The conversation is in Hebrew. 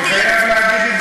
אני חייב להגיד את זה מכאן.